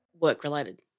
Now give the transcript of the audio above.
work-related